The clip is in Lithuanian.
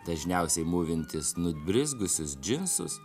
dažniausiai mūvintis nubrizgusius džinsus